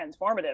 transformative